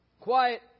Quiet